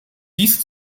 dies